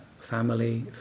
family